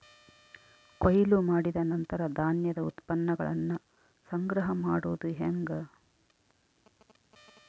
ಕೊಯ್ಲು ಮಾಡಿದ ನಂತರ ಧಾನ್ಯದ ಉತ್ಪನ್ನಗಳನ್ನ ಸಂಗ್ರಹ ಮಾಡೋದು ಹೆಂಗ?